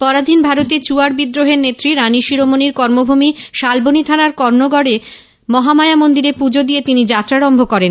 পরাধীন ভারতে চুয়াড় বিদ্রোহের নেত্রী রাণী শিরোমণির কর্মভূমি শালবনী থানার কর্ণগড়ে মহামায়া মন্দিরে পুজো দিয়ে তিনি যাত্রা শুরু করেন